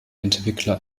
entwickler